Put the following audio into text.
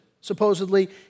supposedly